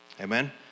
amen